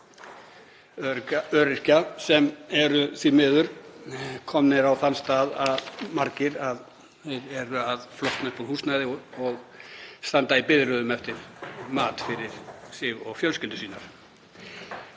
öryrkja sem eru því miður margir komnir á þann stað að vera að flosna upp úr húsnæði og standa í biðröðum eftir mat fyrir sig og fjölskyldur sínar.